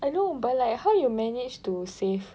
I know but like how you manage to save